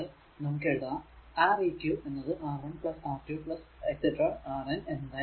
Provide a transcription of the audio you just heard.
നമുക്ക് എഴുതാം R eq എന്നത് R1 R2 Rn എന്നായിരിക്കും